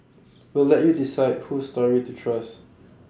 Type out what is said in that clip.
we'll let you decide whose story to trust